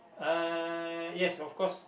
uh yes of course